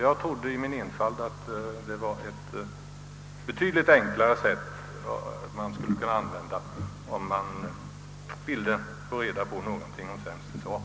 Jag trodde i min enfald att man skulle kunna använda betydligt enklare metoder, om man ville få reda på någonting om vårt försvar.